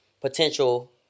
potential